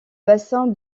bassin